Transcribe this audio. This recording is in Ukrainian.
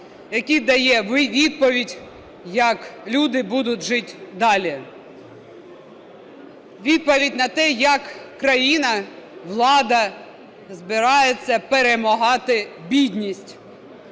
який дає відповідь, як люди будуть жити далі, відповідь на те, як країна, влада збирається перемагати бідність.